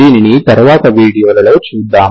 దీనిని తర్వాతి వీడియోలలో చూద్దాం